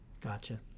Gotcha